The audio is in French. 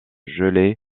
gelées